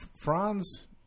Franz